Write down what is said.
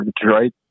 Detroit